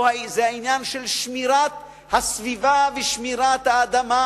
זה עניין שמירת הסביבה ושמירת האדמה.